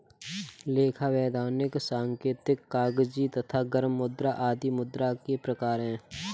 लेखा, वैधानिक, सांकेतिक, कागजी तथा गर्म मुद्रा आदि मुद्रा के प्रकार हैं